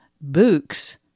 books